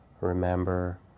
remember